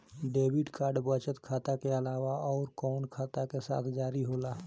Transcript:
Debit card बचत खाता के अलावा अउरकवन खाता के साथ जारी होला?